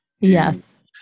yes